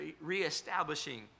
reestablishing